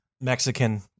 Mexican